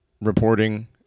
reporting